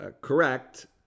correct